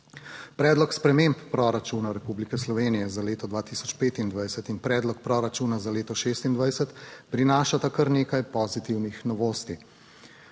Predlog sprememb proračuna Republike Slovenije za leto 2025 in Predlog proračuna za leto 2026 prinašata kar nekaj pozitivnih novosti.